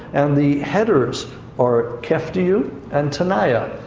and the headers are keftiu and tanaja.